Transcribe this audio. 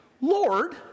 Lord